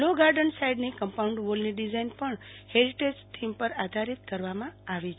લો garden સાઈડની compounder વોલની design હેરિટેઝમાં થીમ પર આધારીત કરવામાં આવી છે